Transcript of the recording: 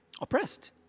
oppressed